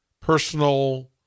personal